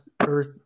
Earth